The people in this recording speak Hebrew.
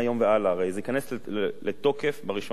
הרי זה ייכנס לתוקף מ-1 במאי,